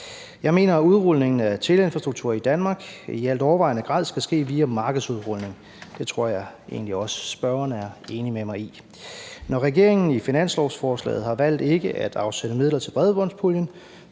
Jeg mener, at udrulningen af teleinfrastruktur i Danmark i altovervejende grad skal ske via markedsudrulning. Det tror jeg egentlig også spørgeren er enig med mig i. Når regeringen i finanslovsforslaget har valgt ikke at afsætte midler til bredbåndspuljen,